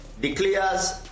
declares